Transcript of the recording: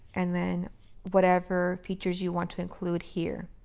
and then whatever features you want to include here.